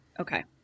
Okay